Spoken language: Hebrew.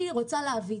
אני רוצה להבין